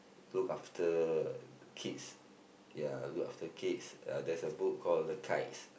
look after kids ya look after kids uh there's a book call the kites